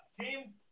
James